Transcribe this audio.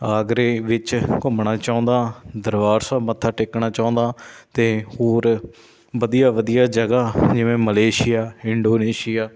ਆਗਰੇ ਵਿੱਚ ਘੁੰਮਣਾ ਚਾਹੁੰਦਾ ਦਰਬਾਰ ਸਾਹਿਬ ਮੱਥਾ ਟੇਕਣਾ ਚਾਹੁੰਦਾ ਅਤੇ ਹੋਰ ਵਧੀਆ ਵਧੀਆ ਜਗ੍ਹਾ ਜਿਵੇਂ ਮਲੇਸ਼ੀਆ ਇੰਡੋਨੇਸ਼ੀਆ